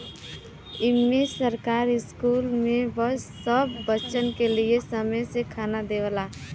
इम्मे सरकार स्कूल मे सब बच्चन के एक समय के खाना देवला